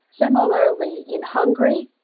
similarly in hungary.